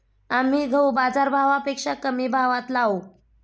आम्ही गहू बाजारभावापेक्षा कमी भावात लावू